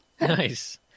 Nice